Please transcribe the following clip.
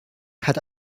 hatte